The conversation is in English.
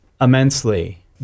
Immensely